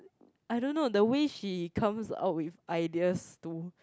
I don't know the way she comes out with ideas to